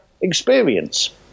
experience